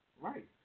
right